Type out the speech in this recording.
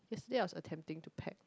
yesterday I was attempting to pack